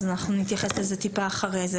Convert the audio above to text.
אז אנחנו נתייחס לזה טיפה אחרי זה,